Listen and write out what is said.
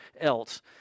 else